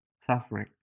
suffering